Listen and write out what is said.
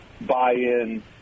buy-in